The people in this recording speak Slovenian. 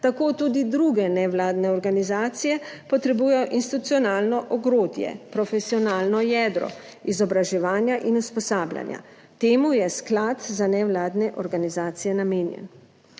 Tako tudi druge nevladne organizacije potrebujejo institucionalno ogrodje, profesionalno jedro izobraževanja in usposabljanja. Temu je sklad za nevladne organizacije namenjen.